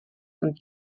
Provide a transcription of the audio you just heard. und